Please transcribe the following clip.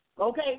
Okay